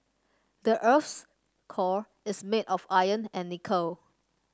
the earth's core is made of iron and nickel